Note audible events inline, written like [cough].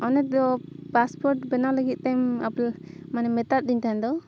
ᱚᱱᱮ ᱫᱚ ᱯᱟᱥᱯᱳᱨᱴ ᱵᱮᱱᱟᱣ ᱞᱟᱹᱜᱤᱫ ᱛᱮᱢ [unintelligible] ᱢᱟᱱᱮ ᱢᱮᱛᱟᱫᱤᱧ ᱛᱟᱦᱮᱱ ᱫᱚ